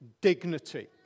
dignity